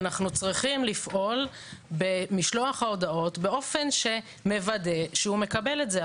אנחנו צריכים לפעול במשלוח ההודעות באופן שמוודא שהוא מקבל את זה.